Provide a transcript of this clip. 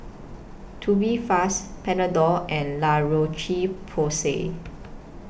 Tubifast Panadol and La Roche Porsay